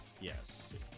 Yes